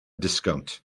disgownt